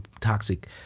toxic